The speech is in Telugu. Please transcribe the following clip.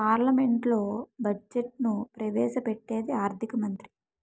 పార్లమెంట్లో బడ్జెట్ను ప్రవేశ పెట్టేది ఆర్థిక మంత్రి